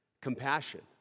compassion